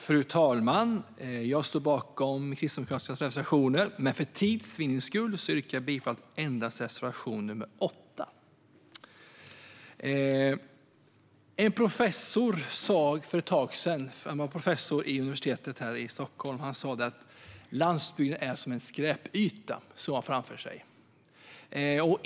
Fru talman! Jag står bakom Kristdemokraternas reservationer, men för tids vinnande yrkar jag bifall endast till reservation nr 8. En professor från Stockholms universitet sa för ett tag sedan att landsbygden är som en skräpyta. Det såg han framför sig.